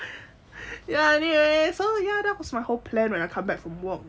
ya anyways so ya that was my whole plan when come back from work